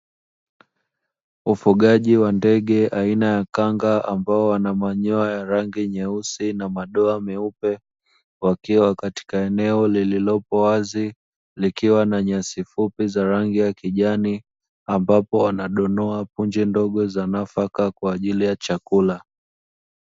Ufugaji wa ndege aina ya kanga, ambao wana manyoya ya rangi nyeusi na madoa meupe, wakiwa katika eneo lililopo wazi, likiwa na nyasi fupi za rangi ya kijani, ambapo wanadonoa punje ndogo za nafaka kwa ajili ya chakula.